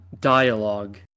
dialogue